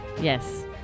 Yes